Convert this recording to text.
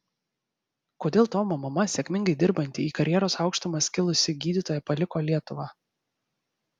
kodėl tomo mama sėkmingai dirbanti į karjeros aukštumas kilusi gydytoja paliko lietuvą